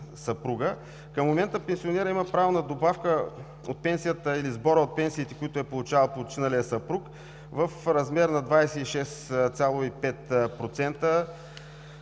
съпруга. Към момента пенсионерът има право на добавка от пенсията или сбора от пенсиите, които е получавал починалият съпруг, в размер на 26,5%.